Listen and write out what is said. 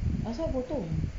asal potong